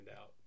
out